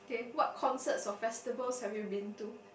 what concerts or festivals have you been to